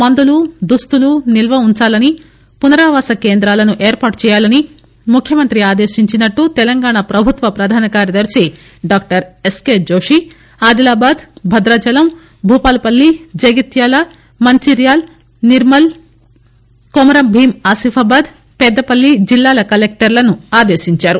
మందులు దుస్తుల నిల్వ ఉంచాలని పునరావాస కేంద్రాలను ఏర్పాటు చేయాలని ముఖ్యమంత్రి ఆదేశించినట్లు తెలంగాణా ప్రభుత్వ ప్రధాన కార్యదర్ని doctor S K Joshi Adilabad భద్రాచలంభూపాలపల్లి Jagtial Mancherial Asifabad పెద్దప ల్లి జిల్లాల కలెక్టర్లను ఆదేశించారు